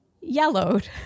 yellowed